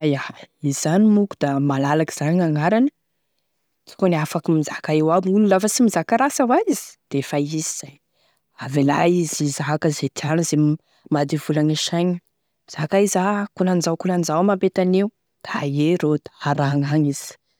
Ya, izany moa koa da malalaky zany gn'agnarany tokony afaky mizaka eo aby gn'olo lefa sy mizaka ratsy avao izy defa izy zay, avelay izy hizaka izay tiany izay mahadevolagny e saigny, mizaka izy a akonan'izao akonan'izao mampety an'io da ae rô da arahagny agny izy.